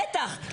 בטח.